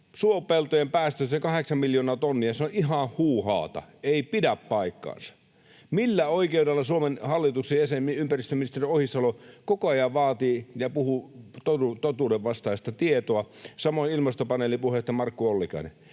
suopeltojen päästöistä se kahdeksan miljoonaa tonnia on ihan huuhaata, ei pidä paikkaansa. Millä oikeudella Suomen hallituksen jäsen, ympäristöministeri Ohisalo koko ajan puhuu totuudenvastaista tietoa, samoin Ilmastopaneelin puheenjohtaja Markku Ollikainen?